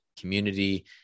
community